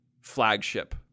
flagship